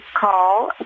call